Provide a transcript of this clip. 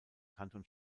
kanton